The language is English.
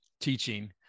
teaching